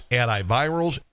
antivirals